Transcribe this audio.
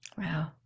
Wow